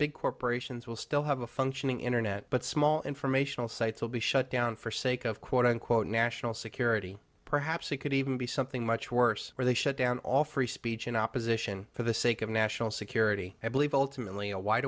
big corporations will still have a functioning internet but small informational sites will be shut down for sake of quote unquote national security perhaps it could even be something much worse where they shut down all free speech in opposition to the sake of national security i believe ultimately a wide